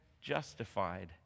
justified